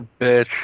bitch